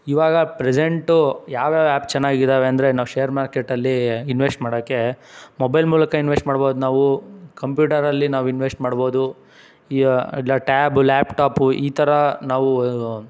ಇವಾಗ ಪ್ರೆಸೆಂಟು ಯಾವ್ಯಾವ ಆ್ಯಪ್ ಚೆನ್ನಾಗಿದ್ದಾವೆ ಅಂದರೆ ನಾವು ಶೇರ್ ಮಾರ್ಕೆಟಲ್ಲಿ ಇನ್ವೆಶ್ಟ್ ಮಾಡೋಕ್ಕೆ ಮೊಬೈಲ್ ಮೂಲಕ ಇನ್ವೆಶ್ಟ್ ಮಾಡ್ಬೋದು ನಾವು ಕಂಪ್ಯೂಟರಲ್ಲಿ ನಾವು ಇನ್ವೆಶ್ಟ್ ಮಾಡ್ಬೋದು ಈ ಇಲ್ಲ ಟ್ಯಾಬು ಲ್ಯಾಪ್ಟಾಪು ಈ ಥರ ನಾವು